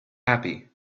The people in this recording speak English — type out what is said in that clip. happy